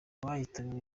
bahitanywe